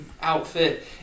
outfit